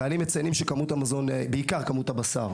החיילים מציינים שבעיקר כמות הבשר,